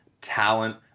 talent